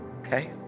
Okay